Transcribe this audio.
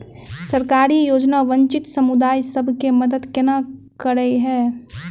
सरकारी योजना वंचित समुदाय सब केँ मदद केना करे है?